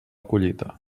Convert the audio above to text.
collita